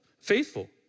faithful